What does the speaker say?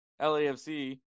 LAFC